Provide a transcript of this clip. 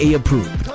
approved